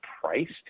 priced